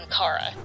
Kara